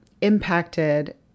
impacted